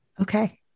Okay